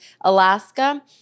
Alaska